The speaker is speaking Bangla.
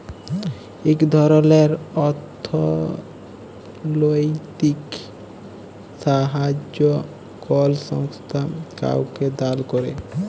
ইক ধরলের অথ্থলৈতিক সাহাইয্য কল সংস্থা কাউকে দাল ক্যরে